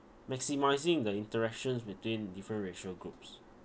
maximising the interactions between different racial groups